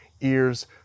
ears